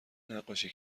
نقاشی